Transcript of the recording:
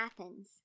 Athens